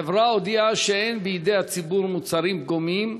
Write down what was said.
החברה הודיעה שאין בידי הציבור מוצרים פגומים,